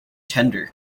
tender